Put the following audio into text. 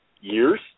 years